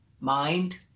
mind